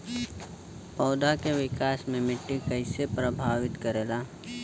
पौधा के विकास मे मिट्टी कइसे प्रभावित करेला?